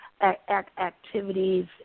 activities